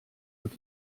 wird